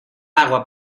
agua